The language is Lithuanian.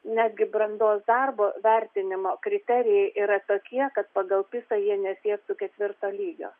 netgi brandos darbo vertinimo kriterijai yra tokie kad pagal pisa jie nesiektų ketvirto lygio